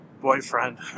boyfriend